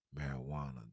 marijuana